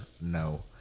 No